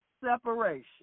separation